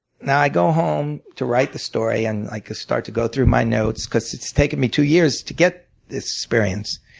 now, i go home to write the story and like i start to go through my notes because it's taken me two years to get this experience.